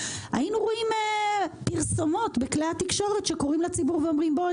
היינו רואים פרסומות בכלי התקשורת שקוראים לציבור ואומרים: בואו,